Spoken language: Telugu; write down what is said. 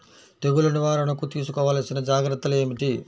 తెగులు నివారణకు తీసుకోవలసిన జాగ్రత్తలు ఏమిటీ?